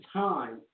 time